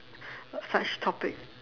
such topic